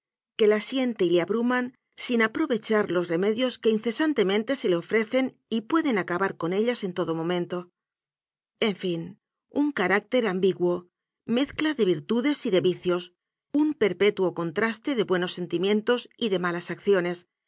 que las siente y le abruman sin aprovechar los remedios que incesantemente se le ofrecen y pueden acabar con ellas en todo momento en fin un carácter ambiguo mezcla de virtudes y de vicios un perpetuo contraste de bue nos sentimientos y de malas acciones